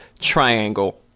triangle